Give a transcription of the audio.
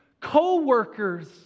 co-workers